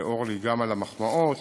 לאורלי על המחמאות.